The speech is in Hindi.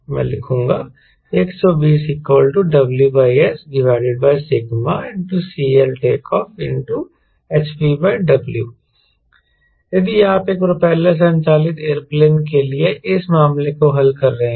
मैं लिखूंगा 120 W Sσ CLTO hpW यदि आप एक प्रोपेलर संचालित एयरप्लेन के लिए इस मामले को हल कर रहे हैं